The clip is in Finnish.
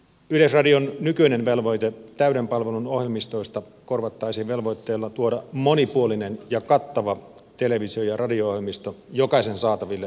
yleisradion nykyinen velvoite täyden palvelun ohjelmistoista korvattaisiin velvoitteella tuoda monipuolinen ja kattava televisio ja radio ohjelmisto jokaisen saataville yhtäläisin ehdoin